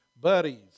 buddies